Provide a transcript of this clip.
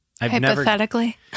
Hypothetically